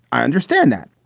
i understand that.